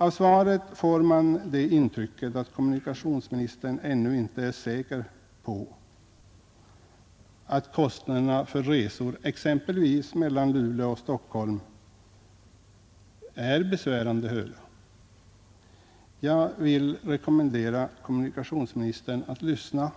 Av svaret får man intrycket att kommunikationsministern ännu inte är säker på att kostnaderna för resor mellan exempelvis Luleå och Stockholm är besvärande höga. Jag vill rekommendera kommunikationsministern att lyssna